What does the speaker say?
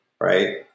right